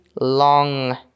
long